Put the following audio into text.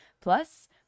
plus